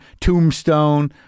Tombstone